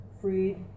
freed